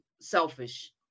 selfish